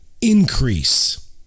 increase